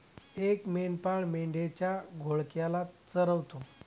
एक मेंढपाळ मेंढ्यांच्या घोळक्याला चरवतो